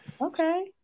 okay